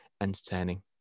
entertaining